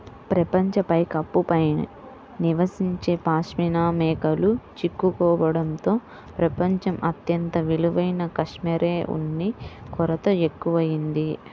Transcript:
ప్రపంచ పైకప్పు పై నివసించే పాష్మినా మేకలు చిక్కుకోవడంతో ప్రపంచం అత్యంత విలువైన కష్మెరె ఉన్ని కొరత ఎక్కువయింది